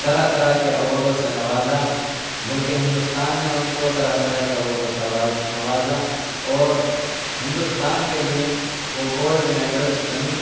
طرح طرح کے اواڈوں سے نوازا ملک ہندوستان نے ان کو طرح طرح کے اواڈوں سے اواز نوازا اور ہندوستان کے لیے وہ گولڈ میڈلس بنیں